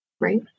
Right